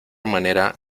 manera